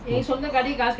hmm